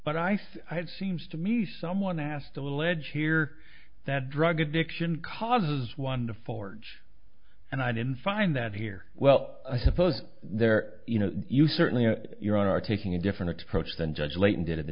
had seems to me someone asked a little edge here that drug addiction causes one to forge and i didn't find that here well i suppose there you know you certainly have your own are taking a different approach than judge leighton did in the